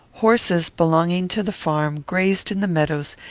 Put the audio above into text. horses, belonging to the farm, grazed in the meadows,